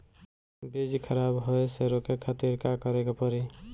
बीज खराब होए से रोके खातिर का करे के पड़ी?